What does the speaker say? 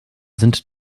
sind